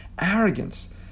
arrogance